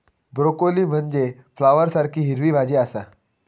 broccoli म्हनजे फ्लॉवरसारखी हिरवी भाजी आसा